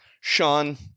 Sean